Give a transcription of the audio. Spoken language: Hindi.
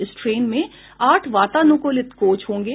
इस ट्रेन में आठ वातानुकूलित कोच होंगे